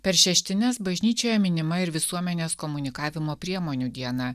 per šeštines bažnyčioje minima ir visuomenės komunikavimo priemonių diena